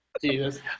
Jesus